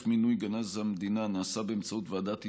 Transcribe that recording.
מינוי גנז המדינה נעשה באמצעות ועדת איתור.